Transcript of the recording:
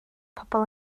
pobl